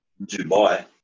Dubai